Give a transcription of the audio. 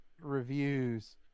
reviews